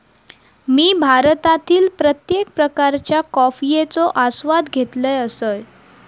मी भारतातील प्रत्येक प्रकारच्या कॉफयेचो आस्वाद घेतल असय